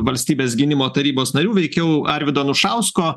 valstybės gynimo tarybos narių veikiau arvydo anušausko